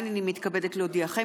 הינני מתכבדת להודיעכם,